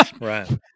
Right